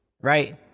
Right